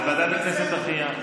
אז ועדת הכנסת תכריע.